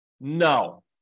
No